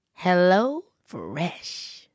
HelloFresh